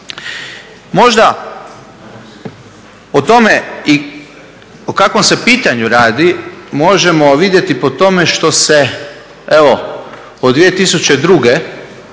Možda o tome i o kakvom se pitanju radi možemo vidjeti po tome što se od